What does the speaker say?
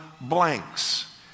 blanks